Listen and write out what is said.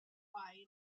wide